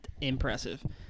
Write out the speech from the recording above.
impressive